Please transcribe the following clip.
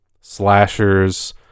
slashers